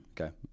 Okay